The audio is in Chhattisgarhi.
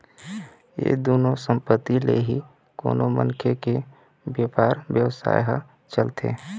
ये दुनो संपत्ति ले ही कोनो मनखे के बेपार बेवसाय ह चलथे